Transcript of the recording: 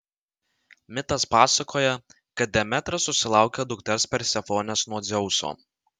mitas pasakoja kad demetra susilaukia dukters persefonės nuo dzeuso